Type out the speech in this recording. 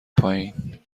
پایین